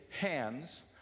hands